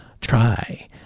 try